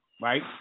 Right